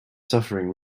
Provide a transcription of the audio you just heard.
suffering